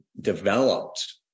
developed